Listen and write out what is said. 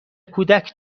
کودک